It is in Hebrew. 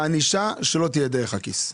הענישה שלא תהיה דרך הכיס.